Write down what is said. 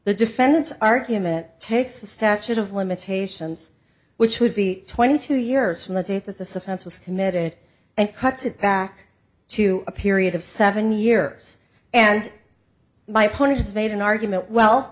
the defendant's argument takes the statute of limitations which would be twenty two years from the date that this offense was committed and cuts it back to a period of seven years and my point is made an argument well